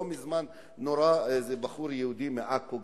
לא מזמן נורה איזה בחור יהודי מעכו,